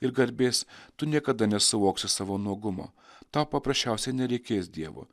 ir garbės tu niekada nesuvoksi savo nuogumo tau paprasčiausiai nereikės dievo